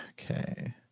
Okay